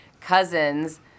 cousins